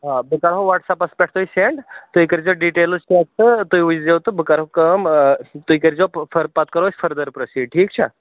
آ بہٕ کرہو واٹٕس اَپس پیٚٹھ تۅہہِ سینٛڈ تُہۍ کٔرۍزیٚو ڈِٹیلٕز سینٛڈ تہٕ تُہۍ وُچھ زیٚو تہٕ بہٕ کرٕہو کٲم آ تُہۍ کٔرۍزیٚو پَتہٕ کٔرِو أسۍ فٔردر پرٛوسیٖڈ ٹھیٖک چھا